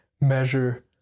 measure